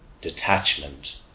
detachment